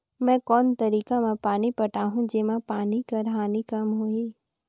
मैं कोन तरीका म पानी पटाहूं जेमा पानी कर हानि कम होही?